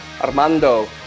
Armando